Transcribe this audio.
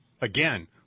Again